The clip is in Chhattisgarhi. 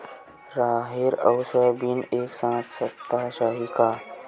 राहेर अउ सोयाबीन एक साथ सप्ता चाही का?